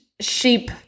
sheep